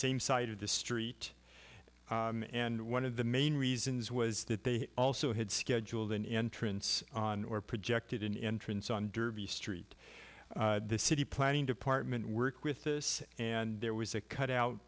same side of the street and one of the main reasons was that they also had scheduled an entrance or projected an entrance on derby street the city planning department work with this and there was a cut out